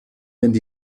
mynd